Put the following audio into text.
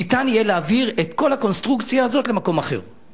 ניתן יהיה להעביר את כל הקונסטרוקציה הזאת למקום אחר,